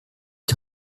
die